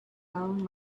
own